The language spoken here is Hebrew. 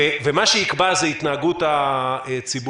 ומה שיקבע זה התנהגות הציבור.